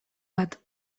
bat